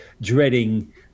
dreading